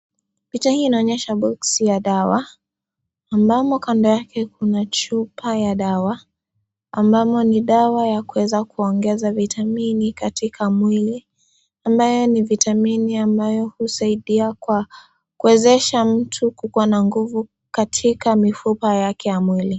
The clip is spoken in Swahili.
Picha hii inaonyesha boxi ya dawa, ambamo kando yake kuna chupa ya dawa, ambamo ni dawa ya kuweza kuongeza vitamini katika mwili, ambayo ni vitamini ambayo husaidia kwa kuwezesha mtu kuwa na nguvu katika mifupa yake ya mwili.